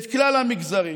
את כלל המגזרים,